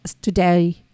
today